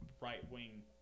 right-wing